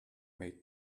may